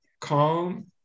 calm